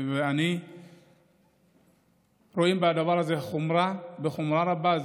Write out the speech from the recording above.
אנו רואים את זה בחומרה רבה.